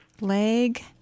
Leg